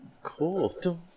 Cool